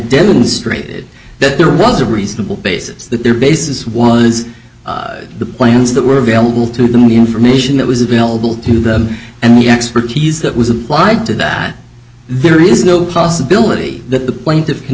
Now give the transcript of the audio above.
demonstrated that there was a reasonable basis that their basis one is the plans that were available to them the information that was available to them and the expertise that was applied to that there is no possibility that the plaintiffs can